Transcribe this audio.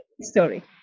story